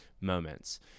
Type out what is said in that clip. moments